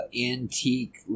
antique